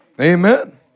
Amen